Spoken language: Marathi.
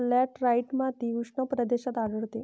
लॅटराइट माती उष्ण प्रदेशात आढळते